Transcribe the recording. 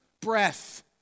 breath